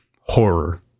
horror